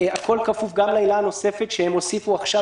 הכול כפוף גם לעילה הנוספת שהם הוסיפו עכשיו,